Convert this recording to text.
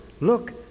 look